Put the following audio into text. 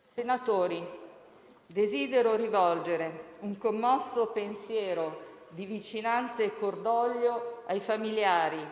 Senatori, desidero rivolgere un commosso pensiero di vicinanza e cordoglio ai familiari,